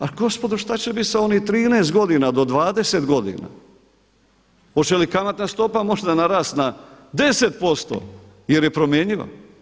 A gospodo šta će biti sa onih 13 godina do 20 godina, hoće li kamatna stopa možda narast na 10% jer je promjenjiva?